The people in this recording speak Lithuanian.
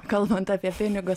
kalbant apie pinigus